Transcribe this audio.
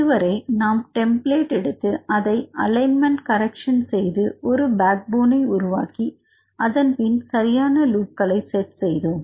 இதுவரை நாம் டெம்ப்ளேட் எடுத்து அதை அலைன்மெண்ட் கரக்ஷன் செய்து ஒரு பேக் போனை உருவாக்கி அதன் பின் சரியான லூப்களை செட் செய்தோம்